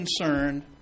concerned